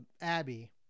Abby